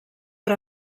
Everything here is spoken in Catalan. per